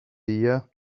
you